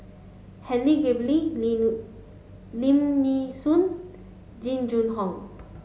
Helen Gilbey Lim Nee Soon Jing Jun Hong